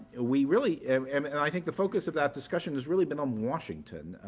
we really um and i think the focus of that discussion has really been on washington,